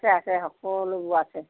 আছে আছে সকলোবোৰ আছে